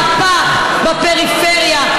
מהפך בפריפריה.